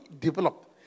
developed